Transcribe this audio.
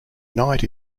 knight